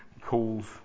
calls